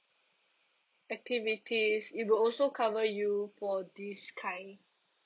activities it will also cover you for this kind